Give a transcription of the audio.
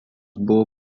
buvo